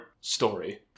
story